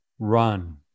Run